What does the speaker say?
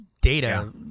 Data